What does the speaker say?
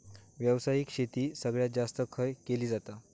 व्यावसायिक शेती सगळ्यात जास्त खय केली जाता?